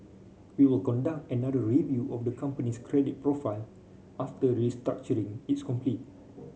we will conduct another review of the company's credit profile after restructuring is complete